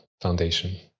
foundation